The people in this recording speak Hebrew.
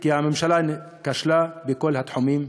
כי הממשלה כשלה בכל התחומים,